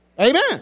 Amen